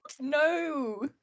No